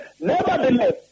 Nevertheless